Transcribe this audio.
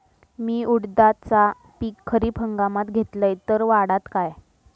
मी उडीदाचा पीक खरीप हंगामात घेतलय तर वाढात काय?